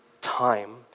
time